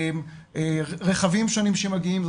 רכבים שנים שמגיעים,